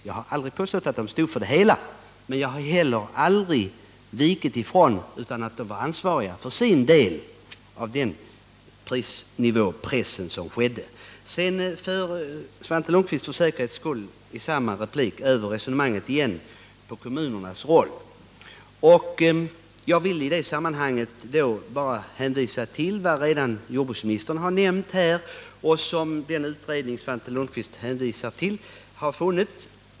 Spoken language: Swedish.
Jag har aldrig påstått att de ensamma var ansvariga för denna press, men jag har inte heller sagt något annat än att de har varit medansvariga. I samma replik tog Svante Lundkvist för säkerhets skull upp kommunernas roll. I det sammanhanget vill jag bara hänvisa till vad jordbruksministern nyss har sagt och till vad den utredning Svante Lundkvist åberopade har funnit.